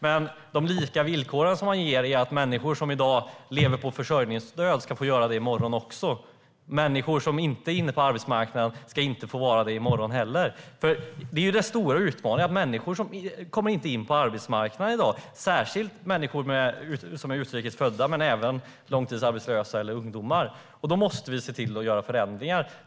Men de lika villkoren innebär att människor som i dag lever på försörjningsstöd ska få göra det i morgon också. Människor som inte är inne på arbetsmarknaden ska inte få vara det i morgon heller. Den stora utmaningen är att människor inte kommer in på arbetsmarknaden i dag. Det gäller särskilt människor som är utrikesfödda och även långtidsarbetslösa eller ungdomar. Då måste vi se till att genomföra förändringar.